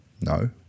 No